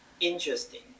Interesting